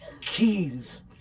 Keys